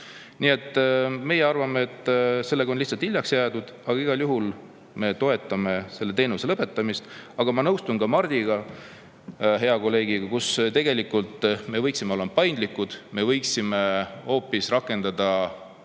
hind. Meie arvame, et sellega on hiljaks jäädud, aga igal juhul me toetame selle teenuse lõpetamist. Ma nõustun ka Mardiga, hea kolleegiga, et tegelikult me võiksime olla paindlikumad. Me võiksime rakendada